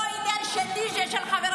את